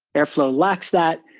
airflow lacks that.